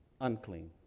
unclean